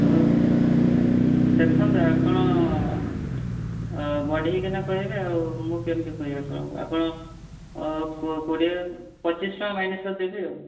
ହଁ ଦେଖନ୍ତୁ ଆପଣ ଆଉ ବଢ଼ାଇ କିନା କହିବି ଆଉ ମୁଁ କେମିତି କହିବି ଆପଣ କୋଡ଼ିଏ ପଚିଶ ଟଙ୍କା ମାଇନସ୍ କରିଦେବି ଆଉ